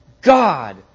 God